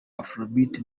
afrobeat